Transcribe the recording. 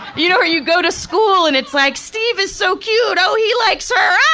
you know you go to school and its like steve is so cute, oh he likes her, ahh!